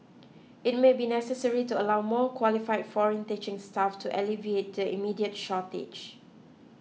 it may be necessary to allow more qualify foreign teaching staff to alleviate the immediate shortage